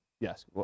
Yes